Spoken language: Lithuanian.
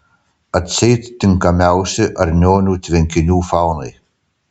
atseit tinkamiausi arnionių tvenkinių faunai